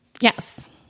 Yes